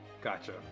Gotcha